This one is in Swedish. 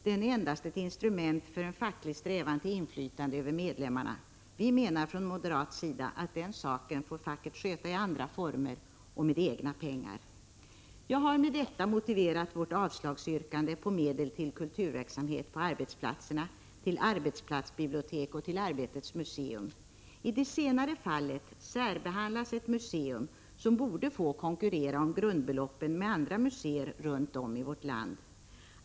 Den är endast ett instrument för en facklig strävan till Prot. 1985/86:128 inflytande över medlemmarna. Vi menar från moderat sida att den saken får 25 april 1986 facket sköta i andra former och med egna pengar. Jag har med detta motiverat vårt avslagsyrkande vad gäller medel till kulturverksamhet på arbetsplatserna, till arbetsplatsbibliotek och till Arbetets museum. I det senare fallet särbehandlas ett museum som borde få konkurrera om grundbeloppen med andra museer runt om i vårt land.